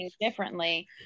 differently